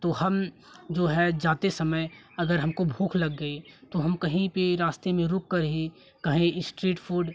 तो हम जो है जाते समय अगर हमको भूख लग गई तो हम कहीं पे रास्ते में रुक कर ही कहीं स्ट्रीट फूड